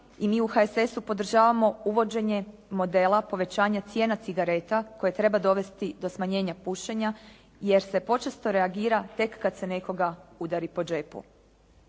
i mi u HSS-u podržavamo uvođenje modela povećanja cijena cigareta koje treba dovesti do smanjenja pušenja jer se počesto reagira tek kad se nekoga udari po džepu.